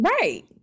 Right